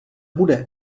bude